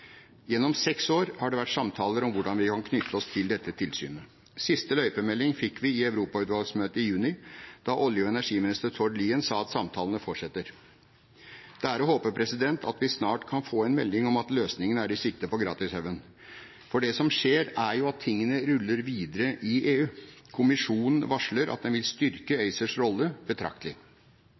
Gjennom seks år har det vært samtaler om hvordan vi kan knytte oss til dette tilsynet. Siste løypemelding fikk vi i europautvalgsmøtet i juni, da olje- og energiminister Tord Lien sa at samtalene forsetter. Det er å håpe at vi snart kan få en melding om at løsningene er i sikte på gratishaugen. For det som skjer, er jo at tingene ruller videre i EU. Kommisjonen varsler at den vil styrke ACERs rolle betraktelig.